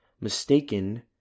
mistaken